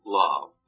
love